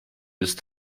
ist